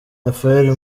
rafael